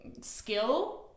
skill